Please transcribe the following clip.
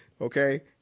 Okay